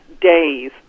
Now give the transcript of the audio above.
days